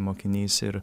mokiniais ir